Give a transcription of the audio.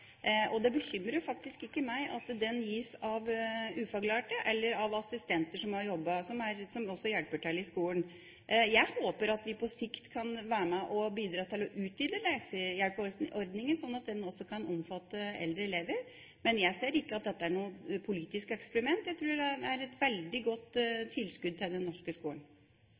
gis av ufaglærte eller av assistenter, som også hjelper til i skolen. Jeg håper at vi på sikt kan være med og bidra til å utvide leksehjelpordningen slik at den også kan omfatte eldre elever, men jeg ser ikke at dette er noe politisk eksperiment. Jeg tror det er et veldig godt tilskudd til den norske skolen.